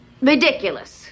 Ridiculous